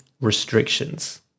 restrictions